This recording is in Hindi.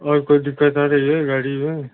और कोई दिक़्क़त आ रही है गाड़ी में